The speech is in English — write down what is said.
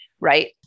right